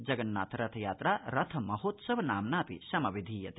जगन्नाथरथयात्रा रथ महोत्सव नाम्नापि समभिधीयते